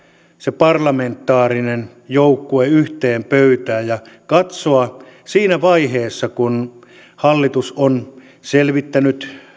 se parlamentaarinen joukkue yhteen pöytään ja katsoa siinä vaiheessa kun hallitus on selvittänyt